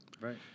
Right